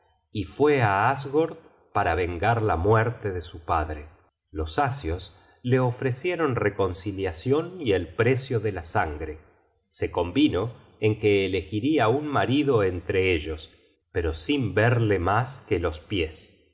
y fue á asgord para vengar la muerte de su padre los asios le ofrecieron reconciliacion y el precio de la sangre se convino en que elegiria un marido entre ellos pero sin verle mas que los pies